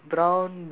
then